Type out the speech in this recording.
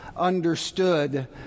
understood